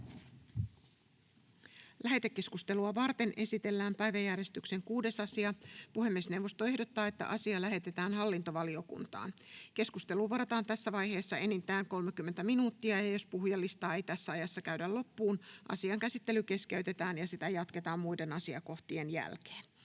Lähetekeskustelua varten esitellään päiväjärjestyksen 6. asia. Puhemiesneuvosto ehdottaa, että asia lähetetään hallintovaliokuntaan. Keskusteluun varataan tässä vaiheessa enintään 30 minuuttia. Jos puhujalistaa ei tässä ajassa käydä loppuun, asian käsittely keskeytetään ja sitä jatketaan muiden asiakohtien jälkeen.